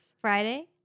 Friday